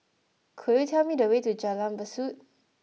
could you tell me the way to Jalan Besut